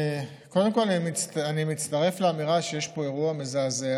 קודם כול, אני מצטרף לאמירה שיש פה אירוע מזעזע.